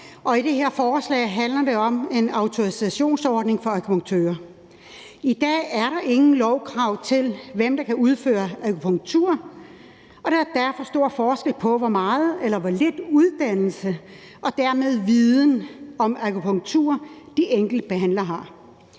i det her forslag handler det om en autorisationsordning for akupunktører. I dag er der ingen lovkrav til, hvem der kan udføre akupunktur, og der er derfor stor forskel på, hvor meget eller hvor lidt uddannelse og dermed viden om akupunktur, de enkelte behandlere har.